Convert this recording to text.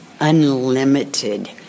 unlimited